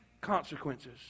consequences